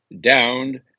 downed